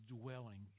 dwelling